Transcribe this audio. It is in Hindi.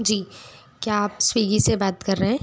जी क्या आप स्विग्गी से बात कर रहे हैं